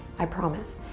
i promise.